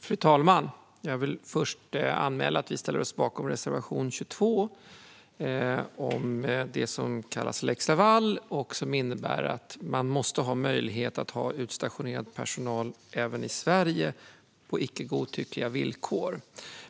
Fru talman! Jag vill först anmäla att vi ställer oss bakom reservation 22 om det som kallas lex Laval och som innebär att man måste ha möjlighet att ha utstationerad personal även i Sverige på icke godtyckliga villkor.